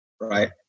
Right